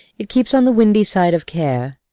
it keeps on the windy side of care.